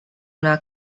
una